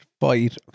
fight